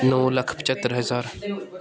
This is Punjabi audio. ਨੌਂ ਲੱਖ ਪੰਝੱਤਰ ਹਜ਼ਾਰ